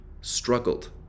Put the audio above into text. struggled